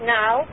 now